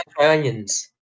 onions